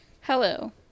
Hello